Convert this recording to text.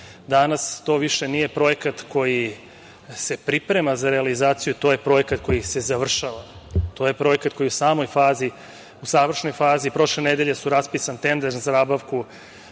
Danas to više nije projekat koji se priprema za realizaciju, to je projekat koji se završava. To je projekat koji je u završnoj fazi. Prošle nedelje je raspisan tender za nabavku